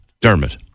Dermot